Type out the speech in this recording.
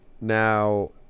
Now